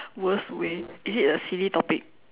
worst way is it a silly topic